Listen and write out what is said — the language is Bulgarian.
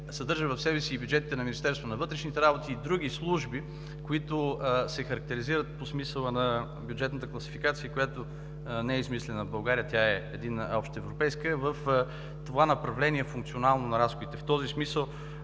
съдържа в себе си бюджетите на Министерството на вътрешните работи и на други служби, които се характеризират по смисъла на бюджетната класификация, която не е измислена в България – тя е единна, общоевропейска, в това направление – функционално на разходите. В този смисъл